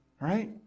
Right